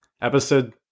Episode